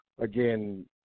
again